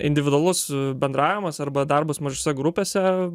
individualus bendravimas arba darbas mažose grupėse